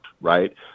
right